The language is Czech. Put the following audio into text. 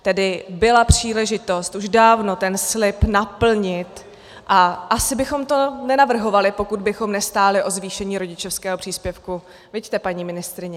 Tedy byla příležitost už dávno ten slib naplnit a asi bychom to nenavrhovali, pokud bychom nestáli o zvýšení rodičovského příspěvku, viďte, paní ministryně?